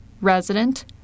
resident